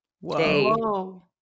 Whoa